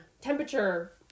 temperature